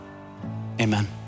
amen